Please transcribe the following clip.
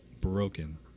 broken